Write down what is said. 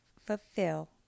fulfill